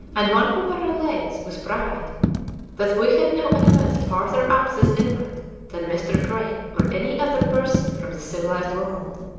and vancouver relates with pride that we had now advanced farther up this inlet than mr. grey or any other person from the civilised world.